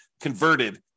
converted